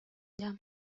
میدم